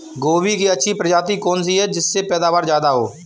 गोभी की अच्छी प्रजाति कौन सी है जिससे पैदावार ज्यादा हो?